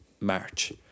March